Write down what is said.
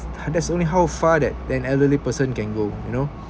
that's not there's only how far that an elderly person can go you know